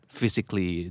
physically